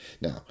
Now